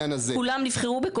אני מניחה שהם הוזמנו ולא הגיעו,